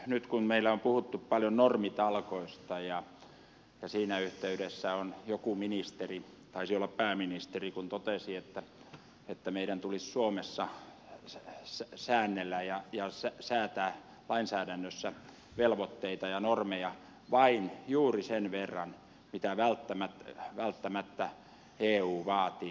nyt meillä on puhuttu paljon normitalkoista ja siinä yhteydessä joku ministeri taisi olla pääministeri totesi että meidän tulisi suomessa säännellä ja säätää lainsäädännössä velvoitteita ja normeja vain juuri sen verran mitä välttämättä eu vaatii